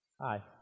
hi